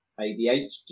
ADHD